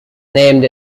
named